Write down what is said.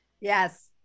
Yes